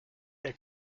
der